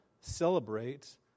celebrate